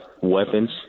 weapons